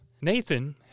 Nathan